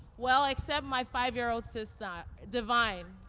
well, except my five-year-old sister, devine.